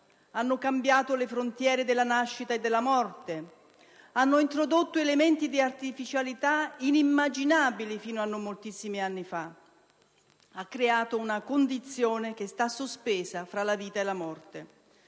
hanno cambiato le frontiere della nascita e della morte, hanno introdotto elementi di artificialità inimmaginabili fino a non moltissimi anni fa, hanno creato una condizione che sta sospesa tra la vita e la morte.